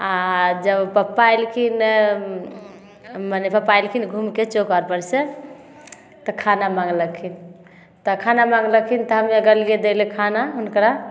आ जब पप्पा एलखिन मने पप्पा एलखिन घूमके चौक आर पर से तऽ खाना माङ्गलखिन तऽ खाना माङ्गलखिन तऽ हम्मे गेलियै दै लए खाना हुनकरा